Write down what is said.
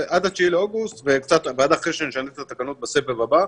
עד ה-9 באוגוסט ועד אחרי שנשנה את התקנות בסבב הבא,